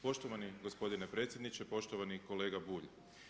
Poštovani gospodine predsjedniče, poštovani kolega Bulj.